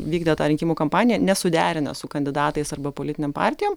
vykdė tą rinkimų kampaniją nesuderinę su kandidatais arba politinėm partijom